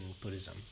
Buddhism